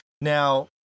Now